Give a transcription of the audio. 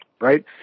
right